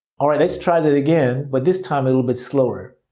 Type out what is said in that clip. alright, let's try that again but this time a little bit slower.